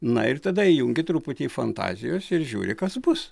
na ir tada įjungi truputį fantazijos ir žiūri kas bus